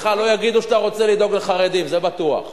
לך לא יגידו שאתה רוצה לדאוג לחרדים, זה בטוח.